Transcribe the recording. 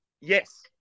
yes